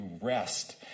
rest